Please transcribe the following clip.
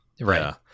Right